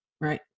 right